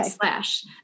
slash